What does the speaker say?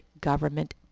government